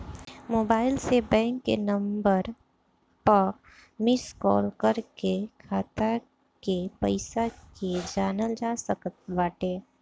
mobile से bank के number पअ मिस काल कर के खाता के पईसा के जानल जा सकत बाटे